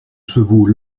chevaux